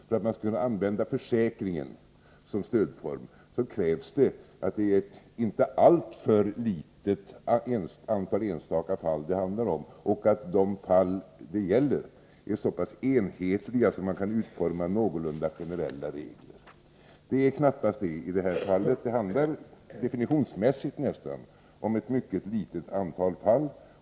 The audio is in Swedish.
För att man skall kunna använda försäkringen såsom stödform krävs att det inte handlar om ett alltför litet antal fall och att de fall som det gäller är så pass enhetliga att man kan utforma någorlunda generella regler. Så är det knappast i dessa sammanhang. Det handlar nästan definitionsmässigt om ett mycket litet antal fall.